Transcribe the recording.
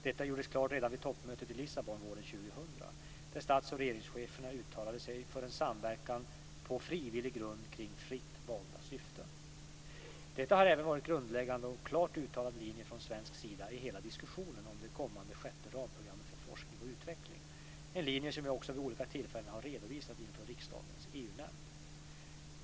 Detta gjordes klart redan vid toppmötet i Lissabon våren 2000, där stats och regeringscheferna uttalade sig för en samverkan "på frivillig grund kring fritt valda syften". Detta har även varit en grundläggande och klart uttalad linje från svensk sida i hela diskussionen om det kommande sjätte ramprogrammet för forskning och utveckling, en linje som jag också vid olika tillfällen har redovisat inför riksdagens EU-nämnd.